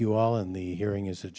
you all in the hearing is th